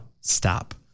Stop